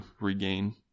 regain